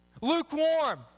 Lukewarm